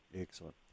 Excellent